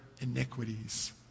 iniquities